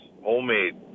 Homemade